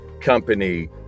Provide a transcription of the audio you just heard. Company